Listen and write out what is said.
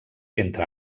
entre